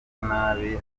nabi